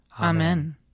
Amen